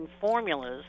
formulas